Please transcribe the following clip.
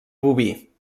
boví